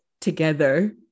together